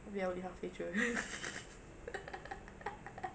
we are only halfway through